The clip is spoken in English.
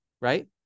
right